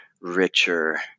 richer